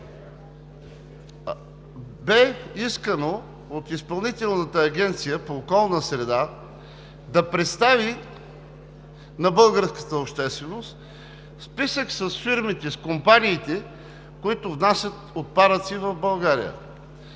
този повод. От Изпълнителната агенция по околна среда бе поискано да представи на българската общественост списък с фирмите, с компаниите, които внасят отпадъци в България.